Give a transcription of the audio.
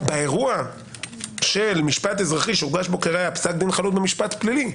באירוע של משפט אזרחי שהוגש פסק דין חלוט במשפט פלילי,